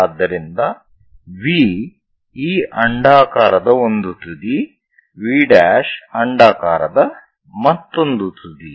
ಆದ್ದರಿಂದ V ಈ ಅಂಡಾಕಾರದ ಒಂದು ತುದಿ V' ಅಂಡಾಕಾರದ ಮತ್ತೊಂದು ತುದಿ